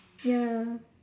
ya